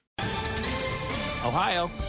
Ohio